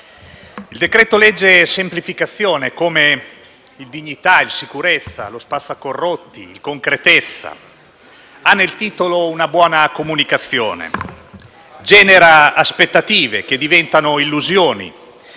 il decreto-legge «semplificazione», come i decreti-legge «dignità», «sicurezza», «spazzacorrotti» o «concretezza», ha nel titolo una buona comunicazione: genera aspettative che diventano illusioni,